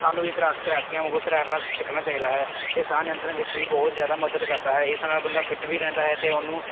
ਸਾਨੂੰ ਵੀ ਤਰਾ ਤਰਾਕੀਆਂ ਵਾਂਗੂ ਤੈਰਨਾ ਸਿ ਸਿੱਖਣਾ ਚਾਹੀਦਾ ਹੈ ਇਹ ਸਾਹ ਨਿਯੰਤਰਨ ਵਿੱਚ ਵੀ ਬਹੁਤ ਜ਼ਿਆਦਾ ਮਦਦ ਕਰਦਾ ਹੈ ਇਸ ਨਾਲ ਬੰਦਾ ਫਿੱਟ ਵੀ ਰਹਿੰਦਾ ਹੈ ਅਤੇ ਉਹਨੂੰ